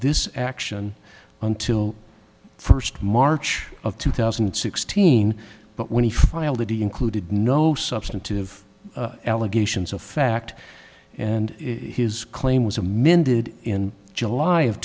this action until first march of two thousand and sixteen but when he filed it he included no substantive allegations of fact and if his claim was a mended in july of